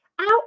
Out